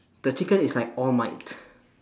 the chicken is like all might